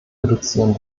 reduzieren